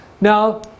Now